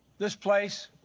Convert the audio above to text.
this place,